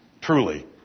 truly